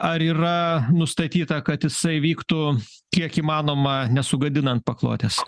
ar yra nustatyta kad jisai vyktų kiek įmanoma nesugadinant paklotės